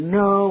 no